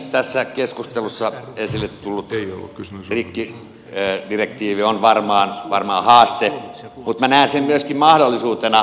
tässä keskustelussa esille tullut rikkidirektiivi on varmaan haaste mutta minä näen sen myöskin mahdollisuutena